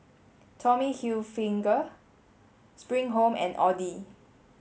Tommy Hilfiger Spring Home and Audi